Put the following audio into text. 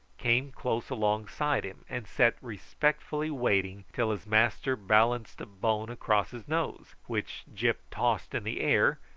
came close alongside him, and sat respectfully waiting till his master balanced a bone across his nose, which gyp tossed in the air,